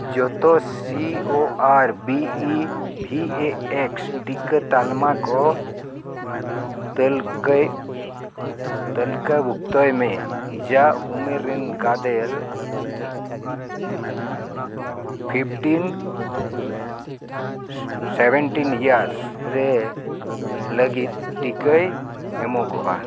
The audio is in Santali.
ᱡᱚᱛᱚ C O R B E V A X ᱴᱤᱠᱟᱹ ᱛᱟᱞᱢᱟ ᱠᱚ ᱛᱟᱹᱞᱤᱠᱟᱹᱭ ᱛᱟᱹᱞᱤᱠᱟ ᱵᱷᱩᱠᱛᱚᱭ ᱢᱮ ᱡᱟ ᱩᱢᱮᱨ ᱨᱮᱱ ᱜᱟᱫᱮᱞ ᱯᱷᱤᱯᱴᱤᱱ ᱥᱮᱵᱷᱮᱱᱴᱤᱱ ᱤᱭᱟᱨᱥ ᱨᱮᱱ ᱞᱟᱹᱜᱤᱫ ᱴᱤᱠᱟᱹᱭ ᱮᱢᱚᱜᱚᱜᱼᱟ